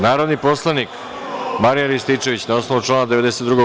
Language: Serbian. Narodni poslanik Marijan Rističević, na osnovu člana 92.